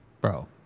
Bro